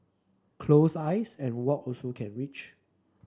close eyes and walk also can reach